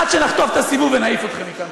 עד שנחטוף את הסיבוב ונעיף אתכם מכאן.